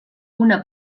una